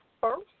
first